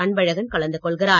அ ன்பழகன் கலந்து கொள்கிறார்